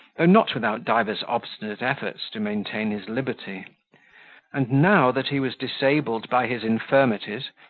though not without divers obstinate efforts to maintain his liberty and now, that he was disabled by his infirmities,